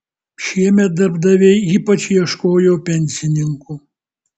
šiemet darbdaviai ypač ieškojo pensininkų